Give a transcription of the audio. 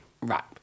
right